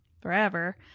forever